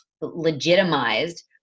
legitimized